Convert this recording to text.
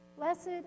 Blessed